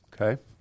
Okay